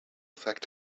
affect